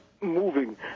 moving